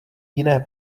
jiné